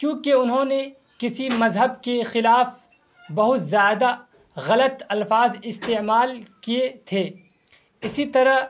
کیونکہ انہوں نے کسی مذہب کے خلاف بہت زیادہ غلط الفاظ استعمال کیے تھے اسی طرح